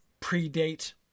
predate